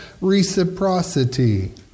reciprocity